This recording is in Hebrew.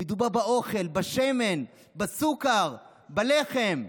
מדובר באוכל, בשמן, בסוכר, בלחם.